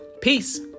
Peace